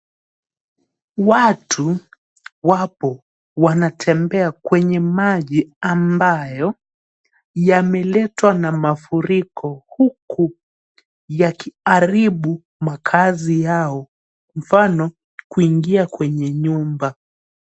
Watu wapo, wanatembea kwenye maji ambayo yameletwa na mafuriko huku yakiharibu makaazi yao, mfano kuingia kwenye nyumba.